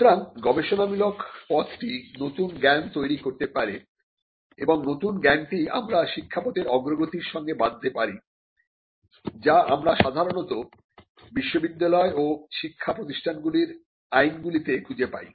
সুতরাং গবেষণামূলক পথটি নতুন জ্ঞান তৈরি করতে পারে এবং নতুন জ্ঞানটিই আমরা শিক্ষাপথের অগ্রগতির সঙ্গে বাঁধতে পারি যা আমরা সাধারণত বিশ্ববিদ্যালয় ও শিক্ষা প্রতিষ্ঠানগুলির আইনগুলিতে খুঁজে পাই